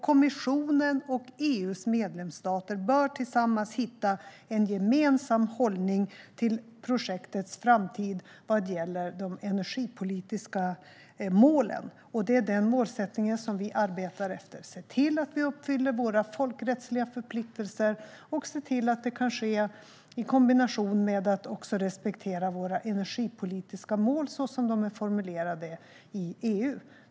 Kommissionen och EU:s medlemsstater bör tillsammans hitta en gemensam hållning till projektets framtid vad gäller de energipolitiska målen, och det är denna målsättning som vi arbetar efter. Vi ska se till att vi uppfyller våra folkrättsliga förpliktelser, och vi ska se till att detta kan ske i kombination med att vi respekterar våra energipolitiska mål som de är formulerade i EU.